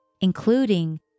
including